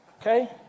Okay